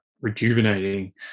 rejuvenating